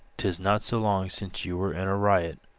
tis not so long since you were in a riot,